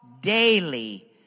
daily